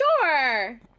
Sure